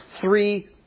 three